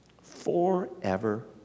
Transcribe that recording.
Forever